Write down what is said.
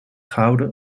gehouden